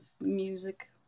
music